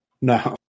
No